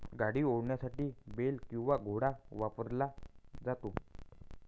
गाडी ओढण्यासाठी बेल किंवा घोडा वापरला जातो